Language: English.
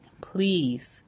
Please